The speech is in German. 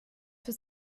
für